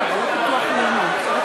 אם זה היה כנוסח הוועדה, אז היינו